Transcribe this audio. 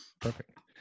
Perfect